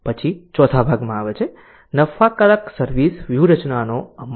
પછી ચોથા ભાગમાં આવે છે નફાકારક સર્વિસ વ્યૂહરચનાઓ નો અમલ